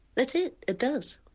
that's it, it does.